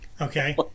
okay